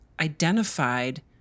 identified